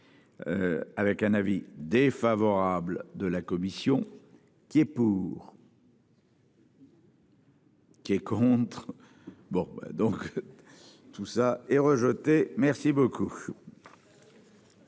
Avec un avis défavorable de la commission. Qui est pour. Qui est contre. Bon donc. Tout ça est rejeté. Merci beaucoup.